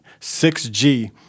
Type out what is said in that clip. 6G